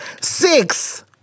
Six